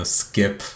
skip